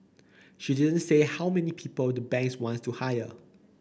she didn't say how many people the banks wants to hire